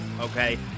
Okay